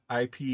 IP